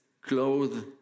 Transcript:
clothes